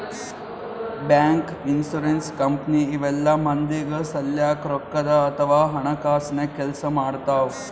bank, insurance company ಇವೆಲ್ಲ ಮಂದಿಗ್ ಸಲ್ಯಾಕ್ ರೊಕ್ಕದ್ ಅಥವಾ ಹಣಕಾಸಿನ್ ಕೆಲ್ಸ್ ಮಾಡ್ತವ್